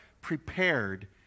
prepared